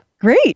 great